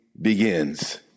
begins